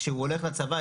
כשהוא הולך לצבא,